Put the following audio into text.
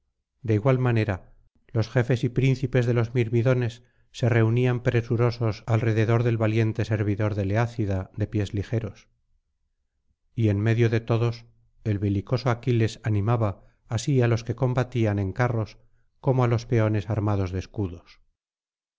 de igual manera los jefes y príncipes de los mirmidones se reunían presurosos alrededor del valiente servidor del eácida de pies ligeros y en medio de todos el belicoso aquiles animaba así á los que combatían en carros como á los peones armados de escudos